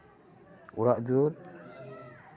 ᱚᱲᱟᱜ ᱫᱩᱣᱟᱹᱨ